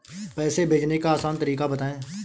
पैसे भेजने का आसान तरीका बताए?